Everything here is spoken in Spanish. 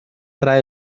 trae